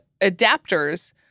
adapters